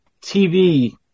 TV